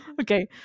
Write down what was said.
Okay